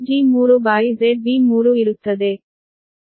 per unit ಈ ohmic ಮೌಲ್ಯಗಳ ಸಾಧನವಾಗಿದೆ